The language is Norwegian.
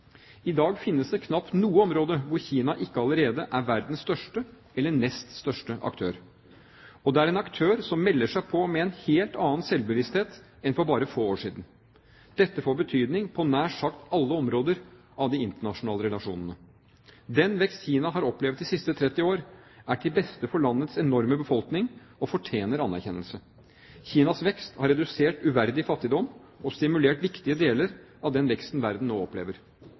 I dag finnes det knapt noe område hvor Kina ikke allerede er verdens største eller nest største aktør. Og det er en aktør som melder seg på med en helt annen selvbevissthet enn for bare få år siden. Dette får betydning på nær sagt alle områder av de internasjonale relasjonene. Den vekst Kina har opplevd de siste 30 år, er til beste for landets enorme befolkning og fortjener anerkjennelse. Kinas vekst har redusert uverdig fattigdom og stimulert viktige deler av den veksten verden nå opplever.